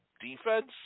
defense